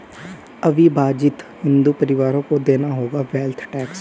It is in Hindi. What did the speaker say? अविभाजित हिंदू परिवारों को देना होगा वेल्थ टैक्स